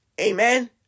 Amen